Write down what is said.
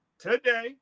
Today